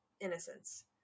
innocence